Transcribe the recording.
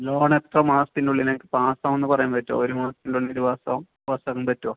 loan എത്ര മാസത്തിനുള്ളിൽ എനിക്ക് പാസാവുമെന്ന് പറയാൻ പറ്റുമോ ഒരു മാസത്തിനുള്ളിൽ പാസാവും പാസാവാൻ പറ്റുമോ